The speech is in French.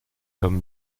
comme